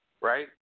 right